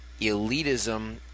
elitism